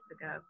ago